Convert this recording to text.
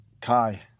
Kai